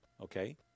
Okay